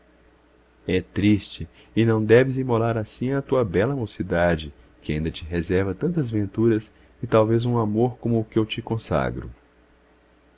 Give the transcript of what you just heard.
é triste e não deves imolar assim a tua bela mocidade que ainda te reserva tantas venturas e talvez um amor como o que eu te consagro